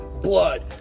blood